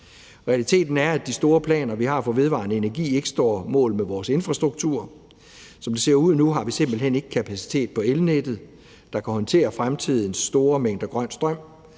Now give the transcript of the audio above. Realiteten er, at de store planer, vi har for vedvarende energi, ikke står mål med vores infrastruktur. Som det ser ud nu, har vi simpelt hen ikke kapacitet på elnettet, der kan håndtere fremtidens store mængder grøn strøm.